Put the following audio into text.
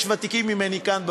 ויש ותיקים ממני כאן,